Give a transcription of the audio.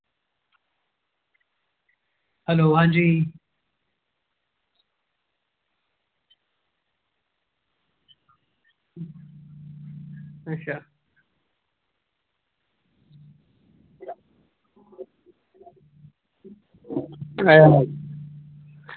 hello हां जी अच्छा